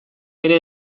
ere